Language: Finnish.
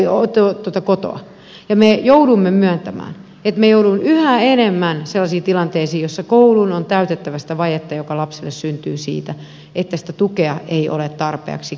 me joudumme myöntämään että me joudumme yhä enemmän sellaisiin tilanteisiin joissa koulun on täytettävä sitä vajetta joka lapselle syntyy siitä että sitä tukea ei ole tarpeeksi kasvamiseen